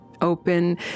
Open